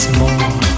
more